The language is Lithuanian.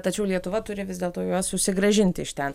tačiau lietuva turi vis dėlto juos susigrąžinti iš ten